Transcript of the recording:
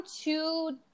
two